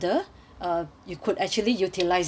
you could actually utilise this